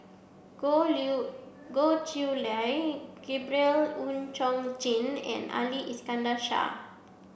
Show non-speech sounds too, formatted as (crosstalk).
Goh (unintelligible) Goh Chiew Lye Gabriel Oon Chong Jin and Ali Iskandar Shah